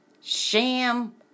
sham